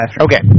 Okay